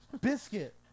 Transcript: Biscuit